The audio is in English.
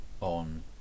on